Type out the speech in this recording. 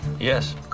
Yes